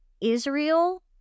Israel